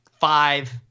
five